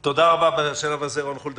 רון חולדאי, תודה רבה בשלב הזה.